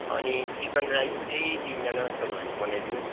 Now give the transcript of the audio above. अनि chicken rice चाहिँ तिनजना जस्तोको लागि बनाइदिनु होस्